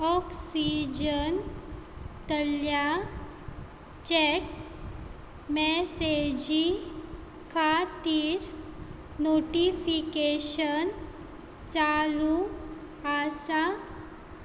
ऑक्सिजनांतल्ल्या check मॅसेजी खातीर notification चालू आसा